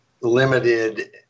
limited